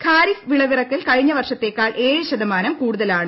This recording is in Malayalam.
ഖാരിഫ് വിളവിറിക്കൽ കഴിഞ്ഞവർഷത്തെക്കാൾ ഏഴ് ശതമാനം കൂടുതലാണ്